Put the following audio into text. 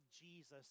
Jesus